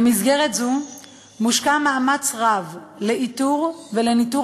במסגרת זו מושקע מאמץ רב לאיתור ולניטור